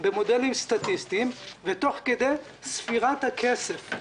במודלים סטטיסטיים ותוך כדי ספירת הכסף.